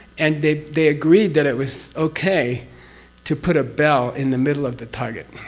and they they agreed that it was okay to put a bell in the middle of the target.